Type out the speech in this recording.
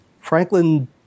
Franklin